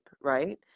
right